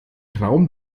traum